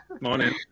Morning